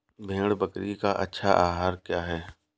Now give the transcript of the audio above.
भेड़ बकरी का अच्छा आहार क्या है?